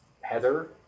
Heather